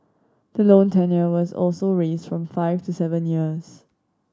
the loan tenure was also raised from five to seven years